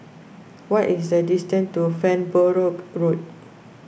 what is the distance to Farnborough Road